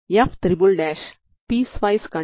కాబట్టి ψ మీద ఉన్నబార్ ని పట్టించుకోనవసరం లేదు